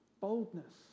boldness